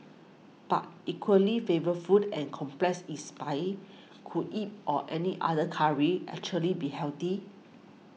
but equally flavour food and complex in spice could it or any other curry actually be healthy